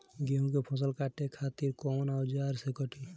गेहूं के फसल काटे खातिर कोवन औजार से कटी?